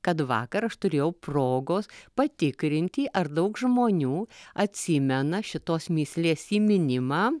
kad vakar aš turėjau progos patikrinti ar daug žmonių atsimena šitos mįslės įminimą